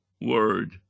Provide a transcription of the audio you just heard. word